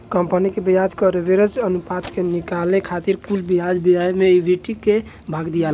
company के ब्याज coverage अनुपात के निकाले खातिर कुल ब्याज व्यय से ईबिट के भाग दियाला